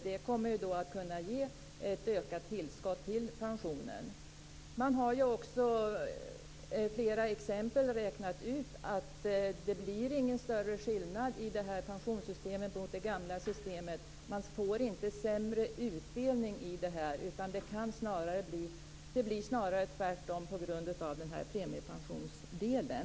Det kommer att kunna ge ett ökat tillskott till pensionen. Man har i flera exempel räknat ut att det inte blir någon större skillnad i detta pensionssystem jämfört med det gamla. Man får inte sämre utdelning i det nya systemet, utan det kan snarare bli tvärtom på grund av premiepensionsdelen.